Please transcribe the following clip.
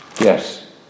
Yes